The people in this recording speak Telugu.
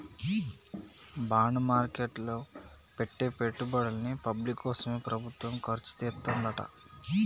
బాండ్ మార్కెట్ లో పెట్టే పెట్టుబడుల్ని పబ్లిక్ కోసమే ప్రభుత్వం ఖర్చుచేత్తదంట